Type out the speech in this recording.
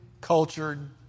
cultured